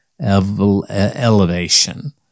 elevation